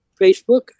Facebook